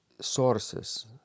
sources